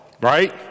right